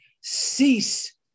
cease